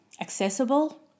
accessible